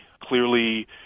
Clearly